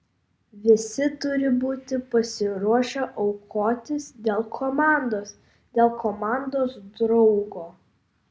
visi turi būti pasiruošę aukotis dėl komandos dėl komandos draugo